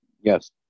Yes